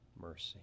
Mercy